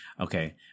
Okay